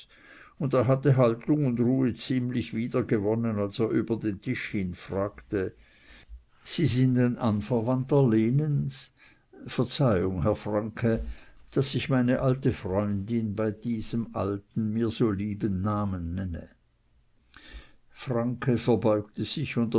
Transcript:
und er hatte haltung und ruhe ziemlich wiedergewonnen als er über den tisch hin fragte sie sind ein anverwandter lenens verzeihung herr franke daß ich meine alte freundin bei diesem alten mir so lieben namen nenne franke verbeugte sich und